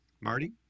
Marty